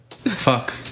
fuck